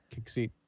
kickseat